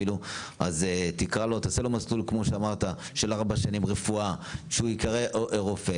אז תעשה לו מסלול של ארבע שנים רפואה שהוא ייקרא רופא,